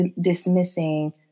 dismissing